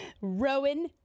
rowan